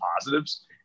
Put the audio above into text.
positives